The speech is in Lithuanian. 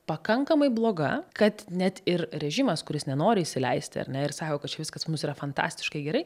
pakankamai bloga kad net ir režimas kuris nenori įsileisti ar ne ir sako kad čia viskas pas mus yra fantastiškai gerai